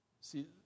See